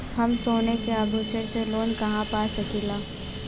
हम सोने के आभूषण से लोन कहा पा सकीला?